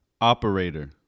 Operator